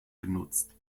genutzt